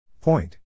Point